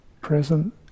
present